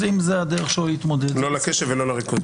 אם זו הדרך שלו להתמודד --- לא לקשב ולא לריכוז,